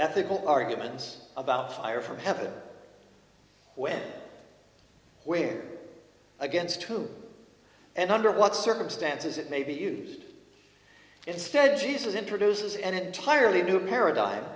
ethical arguments about fire from heaven when we're against whom and under what circumstances it may be used instead jesus introduces an entirely new paradigm